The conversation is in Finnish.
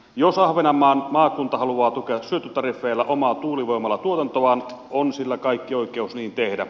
jos ahvenanmaan maakunta haluaa tukea syöttötariffeilla omaa tuulivoimalatuotantoaan on sillä kaikki oikeus niin tehdä